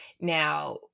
Now